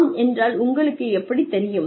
ஆம் என்றால் உங்களுக்கு எப்படி தெரியும்